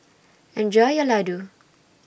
Enjoy your Laddu